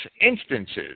instances